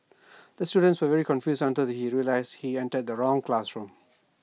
the student was very confused until he realised he entered the wrong classroom